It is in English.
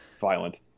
violent